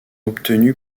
obtenus